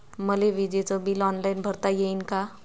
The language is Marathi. मले विजेच बिल ऑनलाईन भरता येईन का?